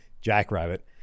Jackrabbit